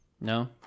No